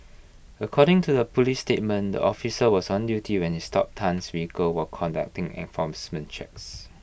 according to the Police statement the officer was on duty when he stopped Tan's vehicle while conducting enforcement checks